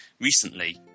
recently